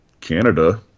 canada